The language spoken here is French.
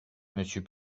monsieur